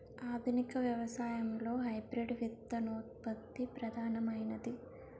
ఆధునిక వ్యవసాయంలో హైబ్రిడ్ విత్తనోత్పత్తి ప్రధానమైనది